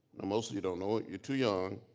most of you don't know it, you're too young,